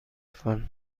لطفا